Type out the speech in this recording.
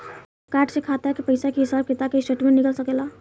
Card से खाता के पइसा के हिसाब किताब के स्टेटमेंट निकल सकेलऽ?